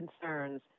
concerns